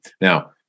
now